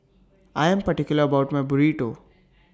I Am particular about My Burrito